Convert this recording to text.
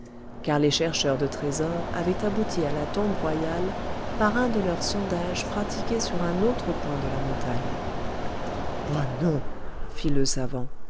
car les chercheurs de trésors avaient abouti à la tombe royale par un de leurs sondages pratiqués sur un autre point de la montagne oh non fit le savant